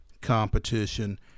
competition